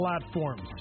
platforms